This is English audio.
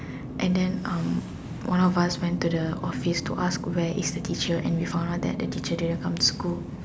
and then um one of us went to the office to ask where is the teacher and we found out that the teacher didn't come to school